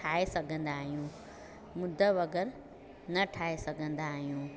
ठाहे सघंदा आहियूं मुद बग़ैर न ठाहे सघंदा आहियूं